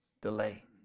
delay